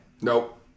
Nope